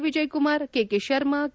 Vijay Kumar KK Sharma K